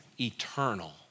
eternal